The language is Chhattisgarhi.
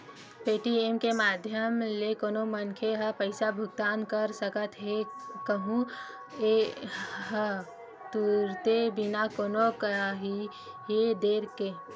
पेटीएम के माधियम ले कोनो मनखे ह पइसा भुगतान कर सकत हेए अहूँ ह तुरते बिना कोनो काइही देर के